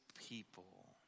people